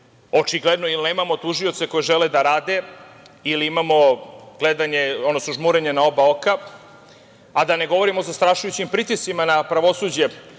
očigledno ili nemamo tužioce koji žele da rade ili imamo gledanje, odnosno žmurenje na oba oka, a da ne govorimo o zastrašujućim pritiscima na pravosuđe.